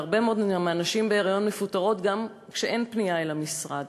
והרבה מאוד מהנשים בהיריון מפוטרות גם כשאין פנייה למשרד.